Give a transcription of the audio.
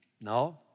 No